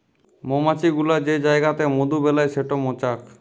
মমাছি গুলা যে জাইগাতে মধু বেলায় সেট মচাক